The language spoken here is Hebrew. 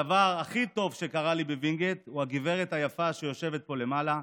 הדבר הכי טוב שקרה לי בווינגייט הוא הגברת היפה שיושבת פה למעלה,